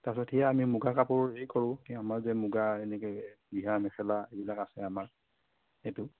তাৰপাছত সেই আমি মুগা কাপোৰ সেই কৰোঁ এই আমাৰ যে মুগা এনেকৈ ৰিহা মেখেলা এইবিলাক আছে আমাৰ এইটো